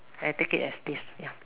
I take it as this ya